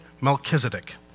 Melchizedek